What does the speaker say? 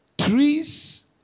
trees